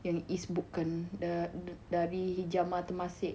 yang izz book kan dari Hijama Temasek